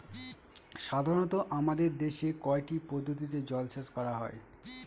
সাধারনত আমাদের দেশে কয়টি পদ্ধতিতে জলসেচ করা হয়?